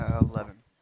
Eleven